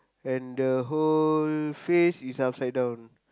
and the whole face is upside down